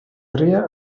berria